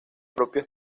propio